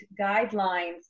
guidelines